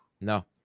No